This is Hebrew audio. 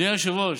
אדוני היושב-ראש,